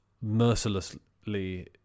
mercilessly